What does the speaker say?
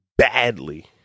Badly